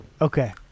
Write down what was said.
Okay